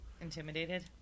Intimidated